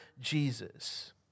Jesus